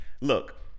look